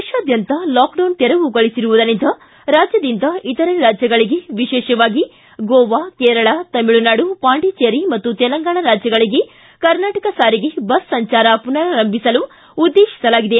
ದೇಶಾದ್ಯಂತ ಲಾಕ್ಡೌನ್ ತೆರವುಗೊಳಿಸಿರುವುದರಿಂದ ರಾಜ್ಯದಿಂದ ಇತರೆ ರಾಜ್ಯಗಳಿಗೆ ವಿಶೇಷವಾಗಿ ಗೋವಾ ಕೇರಳ ತಮಿಳುನಾಡು ಪಾಂಡಿಚೇರಿ ಮತ್ತು ತೆಲಂಗಾಣ ರಾಜ್ಯಗಳಿಗೆ ಕರ್ನಾಟಕ ಸಾರಿಗೆ ಬಸ್ ಸಂಚಾರ ಮನರಾರಂಭಿಸಲು ಉದ್ದೇಶಿಸಲಾಗಿದೆ